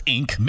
Inc